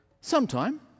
Sometime